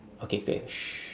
okay finish